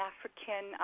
African